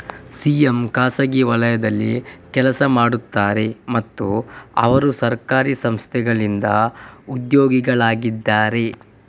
CA ಖಾಸಗಿ ವಲಯದಲ್ಲಿ ಕೆಲಸ ಮಾಡುತ್ತಾರೆ ಮತ್ತು ಕೆಲವರು ಸರ್ಕಾರಿ ಸಂಸ್ಥೆಗಳಿಂದ ಉದ್ಯೋಗಿಗಳಾಗಿದ್ದಾರೆ